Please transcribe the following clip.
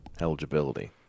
eligibility